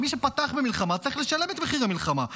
מי שפתח במלחמה צריך לשלם את מחיר המלחמה.